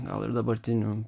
gal ir dabartinių